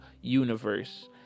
universe